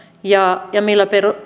ja ja millä